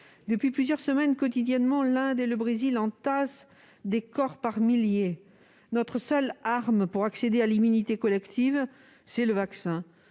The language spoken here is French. Depuis plusieurs semaines, l'Inde et le Brésil entassent, chaque jour, les corps par milliers. Notre seule arme pour accéder à l'immunité collective, c'est le vaccin.